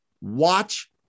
watch